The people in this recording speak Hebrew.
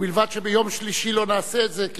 ובלבד שביום שלישי לא נעשה את זה,